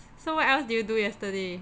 so what else did you do yesterday